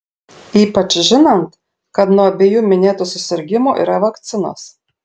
ypač žinant kad nuo abiejų minėtų susirgimų yra vakcinos